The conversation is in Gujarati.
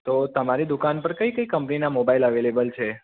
તો તમારી દુકાન પર કઈ કઈ કંપનીના મોબાઈલ અવેલેબલ છે